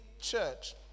church